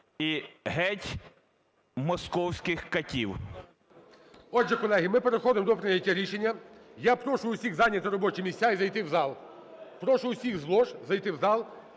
і геть московських катів. ГОЛОВУЮЧИЙ. Отже, колеги, ми переходимо до прийняття рішення. Я прошу усіх зайняти робочі місця і зайти в зал. Прошу усіх з лож зайти в зал,